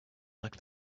like